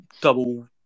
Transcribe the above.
double